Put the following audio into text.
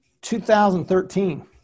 2013